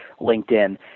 LinkedIn